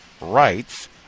rights